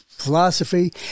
philosophy